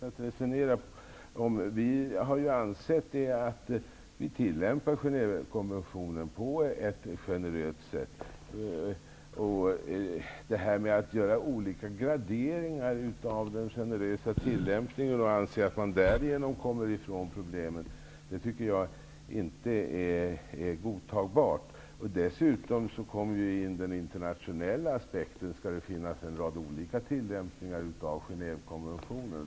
Herr talman! Det här är ett ganska egendomligt sätt att resonera på. Vi har ansett att vi tillämpar Genèvekonventionen på ett generöst sätt. Att göra olika graderingar av den generösa tillämp ningen och att anse att man därigenom kommer ifrån problemen, det tycker jag inte är godtag bart. Dessutom kommer den internationella aspekten in. Skall det finnas en rad olika tillämp ningar av Genèvekonventionen?